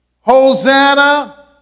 Hosanna